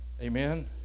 Amen